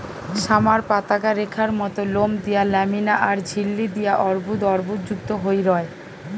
summer পাতাগা রেখার মত লোম দিয়া ল্যামিনা আর ঝিল্লি দিয়া অর্বুদ অর্বুদযুক্ত হই রয়